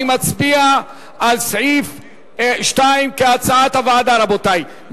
אני מצביע על סעיף 2 כהצעת הוועדה, רבותי.